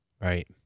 Right